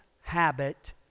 habit